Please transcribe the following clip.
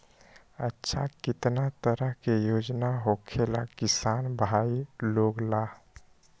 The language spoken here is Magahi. अच्छा कितना तरह के योजना होखेला किसान भाई लोग ला?